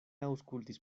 aŭskultis